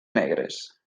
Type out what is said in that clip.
negres